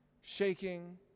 shaking